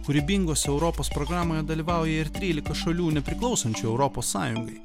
kūrybingos europos programoje dalyvauja ir trylika šalių nepriklausančių europos sąjungai